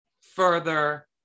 further